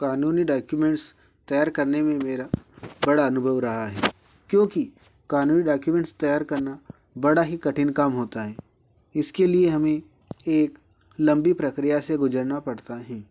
कानूनी डॉक्यूमेंट्स तैयार करने में मेरा बड़ा अनुभव रहा है क्योंकि कानूनी डॉक्यूमेंट तैयार करना बड़ा ही कठिन काम होता है इसके लिए हमें एक लम्बी प्रक्रिया से गुज़रना पड़ता है